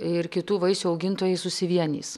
ir kitų vaisių augintojai susivienys